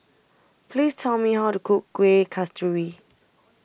Please Tell Me How to Cook Kuih Kasturi